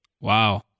Wow